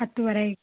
ಹತ್ತುವರೆಗೆ